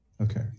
Okay